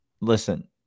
Listen